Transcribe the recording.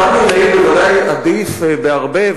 מתן וילנאי ודאי עדיף בהרבה,